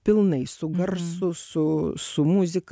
pilnai su garsu su su muzika